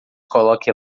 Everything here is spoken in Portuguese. coloque